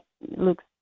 looks